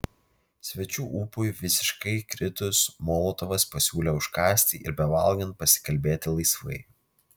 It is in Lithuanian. svečių ūpui visiškai kritus molotovas pasiūlė užkąsti ir bevalgant pasikalbėti laisvai